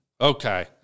Okay